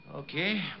Okay